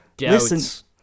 Listen